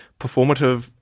performative